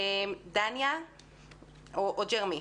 נתחיל מג'רמי.